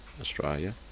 Australia